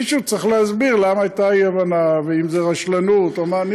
מישהו צריך להסביר למה הייתה אי-הבנה ואם זו רשלנות או מה.